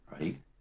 right